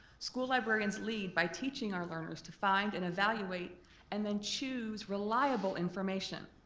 school librarians lead by teaching our learners to find and evaluate and then choose reliable information.